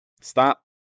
stop